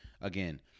again